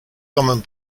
common